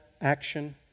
action